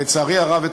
לצערי הרב,